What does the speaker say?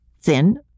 Thin